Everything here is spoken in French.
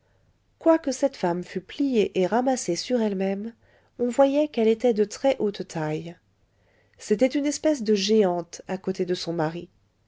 quoique cette femme fût pliée et ramassée sur elle-même on voyait qu'elle était de très haute taille c'était une espèce de géante à côté de son mari